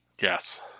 Yes